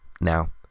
Now